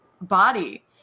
body